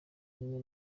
rimwe